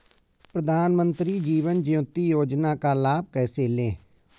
प्रधानमंत्री जीवन ज्योति योजना का लाभ कैसे लें?